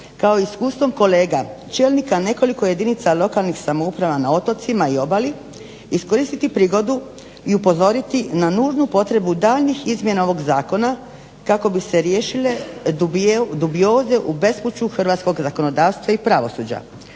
kao iskustvom kolega čelnika jedinica lokalnih samouprava na otocima i obali iskoristiti prigodu i upozoriti na nužnu potrebu daljnjih izmjena ovog zakona kako bi se riješile dubioze u bespuću hrvatskog zakonodavstva i pravosuđa